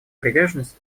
приверженность